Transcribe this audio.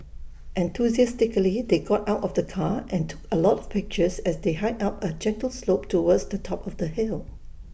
enthusiastically they got out of the car and took A lot of pictures as they hiked up A gentle slope towards the top of the hill